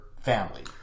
family